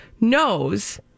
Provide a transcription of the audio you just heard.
knows